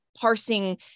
parsing